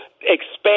expand